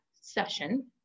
session